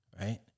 Right